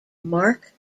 mark